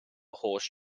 horse